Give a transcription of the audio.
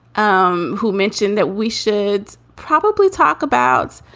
um who mentioned that we should probably talk about,